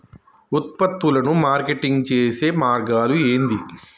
ఉత్పత్తులను మార్కెటింగ్ చేసే మార్గాలు ఏంది?